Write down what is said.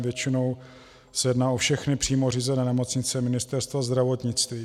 Většinou se jedná o všechny přímo řízené nemocnice Ministerstva zdravotnictví.